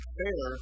fair